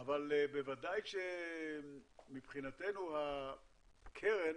אבל בוודאי מבחינתנו הקרן